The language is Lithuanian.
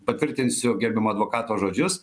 patvirtinsiu gerbiamo advokato žodžius